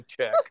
check